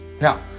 Now